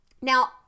Now